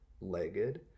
legged